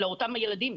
לאותם ילדים.